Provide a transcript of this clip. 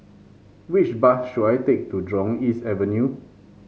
which bus should I take to Jurong East Avenue